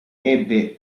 ebbe